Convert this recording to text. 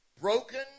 broken